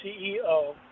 CEO